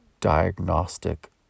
Diagnostic